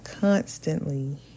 constantly